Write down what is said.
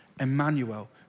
Emmanuel